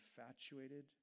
infatuated